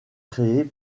créés